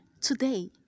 today